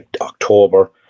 October